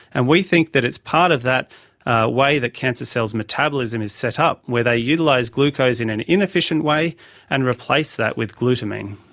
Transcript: and we think that it's part of that way that cancer cells' metabolism is set up where they utilise glucose in an inefficient way and replace that with glutamine.